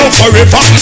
forever